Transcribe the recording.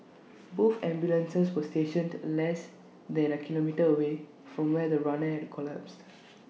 both ambulances were stationed less than A kilometre away from where the runner had collapsed